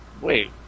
Wait